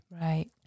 Right